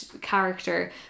character